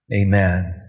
Amen